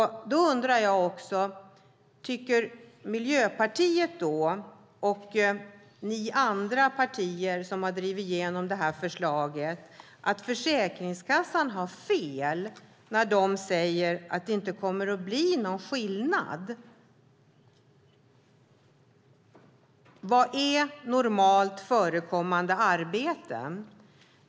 Jag undrar också om Miljöpartiet och ni andra partier som har drivit igenom det här förslaget tycker att Försäkringskassan har fel när de säger att det inte kommer att bli någon skillnad. Vad är normalt förekommande arbeten?